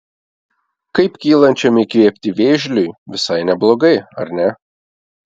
kaip kylančiam įkvėpti vėžliui visai neblogai ar ne